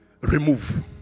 Remove